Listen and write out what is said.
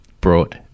brought